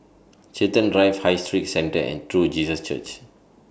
Chiltern Drive High Street Centre and True Jesus Church